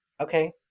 okay